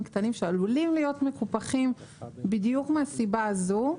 קטנים שעלולים להיות מקופחים בדיוק מהסיבה הזו.